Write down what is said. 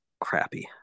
crappy